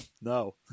No